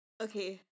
okay